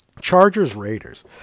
Chargers-Raiders